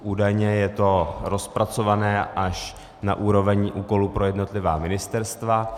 Údajně je to rozpracované až na úroveň úkolů pro jednotlivá ministerstva.